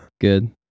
Good